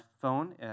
phone